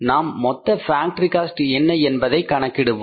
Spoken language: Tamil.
நாம் மொத்த ஃபேக்டரி காஸ்ட் என்ன என்பதை கணக்கிடுவோம்